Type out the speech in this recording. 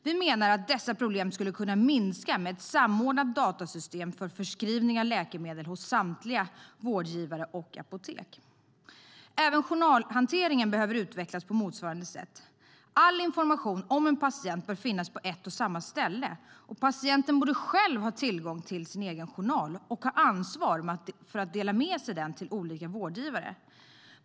Vi menar att dessa problem skulle kunna minska med ett samordnat datasystem för förskrivning av läkemedel hos samtliga vårdgivare och apotek. Även journalhanteringen behöver utvecklas på motsvarande sätt. All information om en patient bör finnas på ett och samma ställe. Patienten borde själv ha tillgång till sin egen journal och ta ansvar för att dela med sig av den till olika vårdgivare.